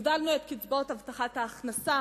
הגדלנו את קצבאות הבטחת ההכנסה.